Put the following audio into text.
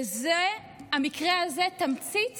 והמקרה הזה הוא תמצית